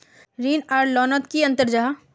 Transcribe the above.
ऋण आर लोन नोत की अंतर जाहा?